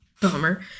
Bummer